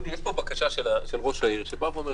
יש פה בקשה של יושב-ראש העיר שאומר: